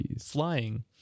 flying